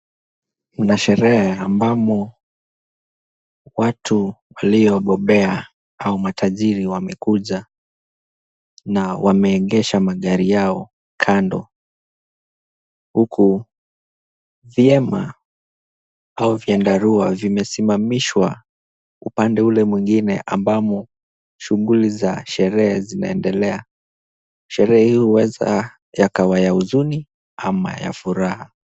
Kuna sherehe ambamo watu waliobobea au umatajiri wamekuja na wameegesha magari yao kando huku vihema au vyandarua vimesimamishwa upande ule mwingine ambamo shughuli za sherehe zinaendelea. Sherehe hii huweza yakawa ya huzuni ama ya furaha.